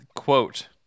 Quote